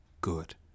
good